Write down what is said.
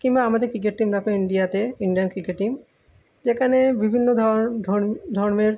কিংবা আমাদের cricket team দেখো ইন্ডিয়াতে ইন্ডিয়ান ক্রিকেট টিম যেকানে বিভিন্ন ধর্মের